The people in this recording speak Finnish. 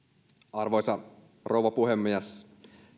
arvoisa rouva puhemies